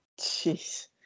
Jeez